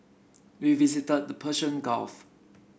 we visited the Persian Gulf